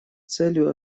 целью